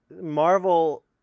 Marvel